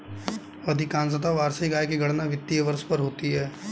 अधिकांशत वार्षिक आय की गणना वित्तीय वर्ष पर होती है